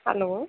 hello